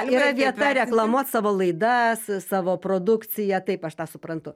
yra vieta reklamuot savo laidas savo produkciją taip aš tą suprantu